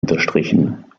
unterstrichen